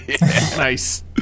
Nice